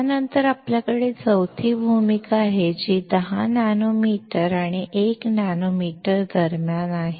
त्यानंतर आपल्याकडे चौथी भूमिका आहे जी 10 नॅनोमीटर आणि 1 नॅनोमीटर दरम्यान आहे